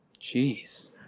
Jeez